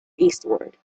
eastward